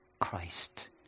Christ